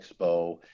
Expo